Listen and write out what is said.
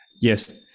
Yes